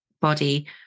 body